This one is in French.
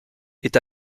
est